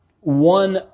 one